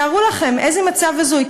תארו לכם איזה מצב הזוי,